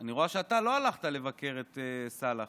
אני רואה שאתה לא הלכת לבקר את סלאח.